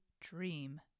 dream